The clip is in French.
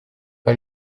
pas